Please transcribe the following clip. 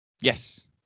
Yes